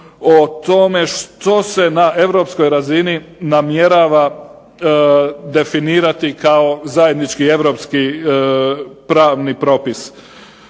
o tome što se na europskoj razini namjerava definirati kao zajednički europski pravni propis.